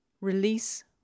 Release